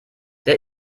der